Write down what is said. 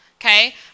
okay